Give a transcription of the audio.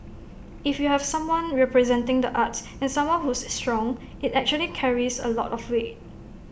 if you have someone representing the arts and someone who's strong IT actually carries A lot of weight